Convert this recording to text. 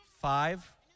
five